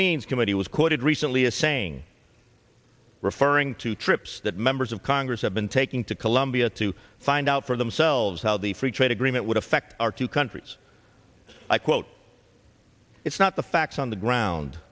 means committee was quoted recently as saying referring to trips that members of congress have been taking to colombia to find out for themselves how the free trade agreement would affect our two countries i quote it's not the facts on the ground